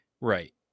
Right